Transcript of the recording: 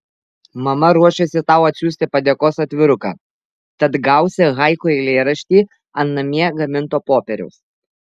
mama ruošiasi tau atsiųsti padėkos atviruką tad gausi haiku eilėraštį ant namie gaminto popieriaus